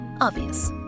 Obvious